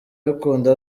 bikunda